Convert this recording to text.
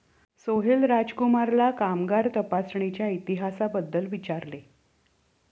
सोहेल राजकुमारला कामगार तपासणीच्या इतिहासाबद्दल विचारले